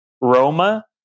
Roma